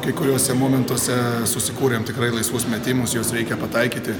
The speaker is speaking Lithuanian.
kai kuriuose momentuose susikūrėm tikrai laisvus metimus juos reikia pataikyti